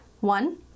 One